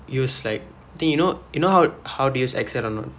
use like thin~ you know you know how how to use excel or not